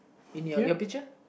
in your your picture